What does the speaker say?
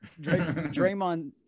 Draymond